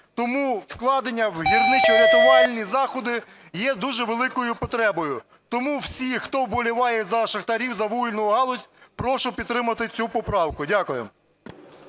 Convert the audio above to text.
Тому вкладення в гірничорятувальні заходи є дуже великою потребою. Тому всі, хто вболіває за шахтарів, за вугільну галузь, прошу підтримати цю поправку. Дякую.